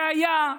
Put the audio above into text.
זה היה,